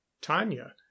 tanya